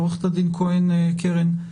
עו"ד כהן קרן,